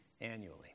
annually